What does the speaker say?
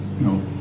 No